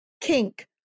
Kink